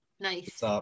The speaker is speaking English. nice